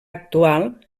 actual